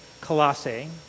Colossae